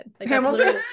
Hamilton